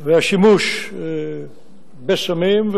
והשימוש בסמים,